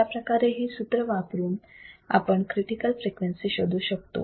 अशाप्रकारे हे सूत्र वापरून आपण क्रिटिकल फ्रिक्वेन्सी शोधू शकतो